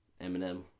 Eminem